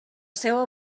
seua